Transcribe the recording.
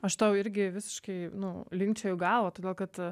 aš tau irgi visiškai nu linkčioju galvą todėl kad